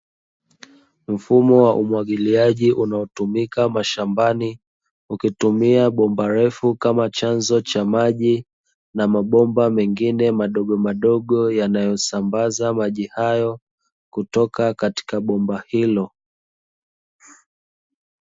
Mfumo wa umwagiliaji unaotumika mashambani, ukitumia bomba refu kama chanzo cha maji, na mabomba mengine madogomadogo yanayosambaza maji hayo kutoka katika bomba hilo.